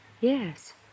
Yes